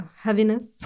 heaviness